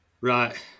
Right